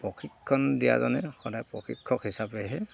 প্ৰশিক্ষণ দিয়াজনে সদায় প্ৰশিক্ষক হিচাপেহে